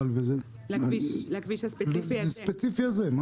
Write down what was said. לכביש הספציפי הזה.